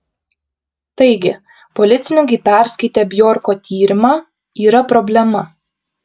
taigi policininkai perskaitę bjorko tyrimą yra problema